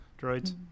droids